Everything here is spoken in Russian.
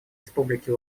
республики